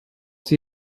sie